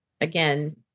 again